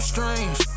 Strange